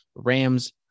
Rams